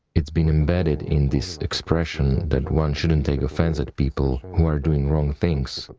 it's been embedded in this expression that one shouldn't take offense at people who are doing wrong things,